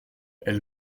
elle